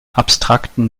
abstrakten